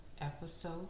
episode